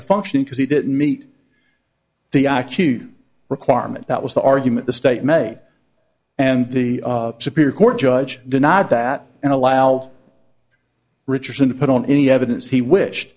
to function because he didn't meet the i q requirement that was the argument the state may and the superior court judge denied that and allow richardson to put on any evidence he wished